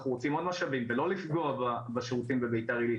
אנחנו רוצים עוד משאבים ולא לפגוע בשירותים בביתר עילית,